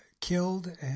killed